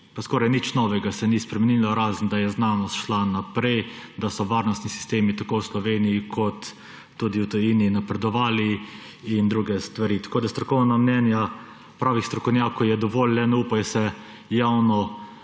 pa skoraj nič novega se ni spremenilo razen, da je znanost šla naprej, da so varnostni sistem tako v Sloveniji kot tudi v tujini napredovali in druge stvari. Tako strokovna mnenja pravih strokovnjakov je dovolj, le ne upajo se javno